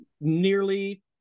nearly